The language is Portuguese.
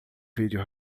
vídeo